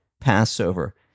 Passover